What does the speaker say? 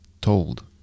told